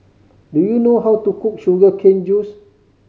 do you know how to cook sugar cane juice